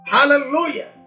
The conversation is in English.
Hallelujah